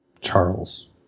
Charles